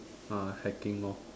uh hacking hor